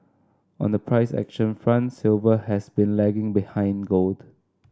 on the price action front silver has been lagging behind gold